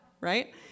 right